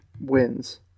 wins